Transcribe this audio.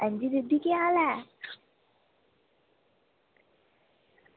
अंजी दीदी केह् हाल ऐ